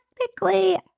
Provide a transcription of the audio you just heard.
technically